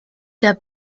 der